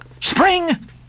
Spring